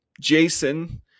Jason